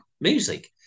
music